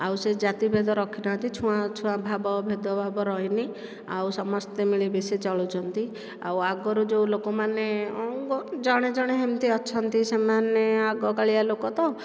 ଆଉ ସେ ଜାତିଭେଦ ରଖି ନାହାନ୍ତି ଛୁଆଁ ଅଛୁଆଁ ଭାବ ଭେଦଭାବ ରହିନି ଆଉ ସମସ୍ତେ ମିଳିମିଶି ଚଳୁଛନ୍ତି ଆଉ ଆଗରୁ ଯେଉଁ ଲୋକମାନେ ଜଣେ ଜଣେ ଏମିତି ଅଛନ୍ତି ସେମାନେ ଆଗକାଳିଆ ଲୋକ ତ